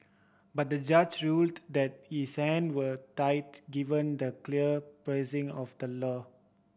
but the judge ruled that his hand were tied given the clear phrasing of the law